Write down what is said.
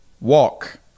walk